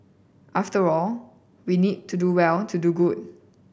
after all we need to do well to do good